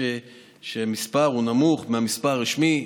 שהמספר הוא נמוך מהמספר הרשמי.